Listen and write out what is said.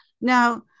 Now